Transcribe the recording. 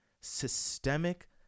systemic